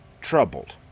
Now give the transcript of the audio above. troubled